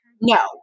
No